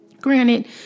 granted